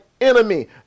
enemy